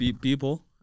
People